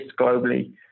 globally